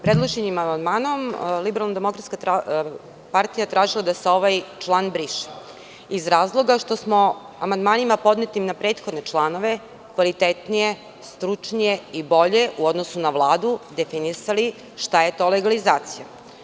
Predloženim amandmanom LDP tražila je da se ovaj član briše iz razloga što smo amandmanima podnetim na prethodne članove kvalitetnije, stručnije i bolje u odnosu na Vladu definisali šta je to legalizacija.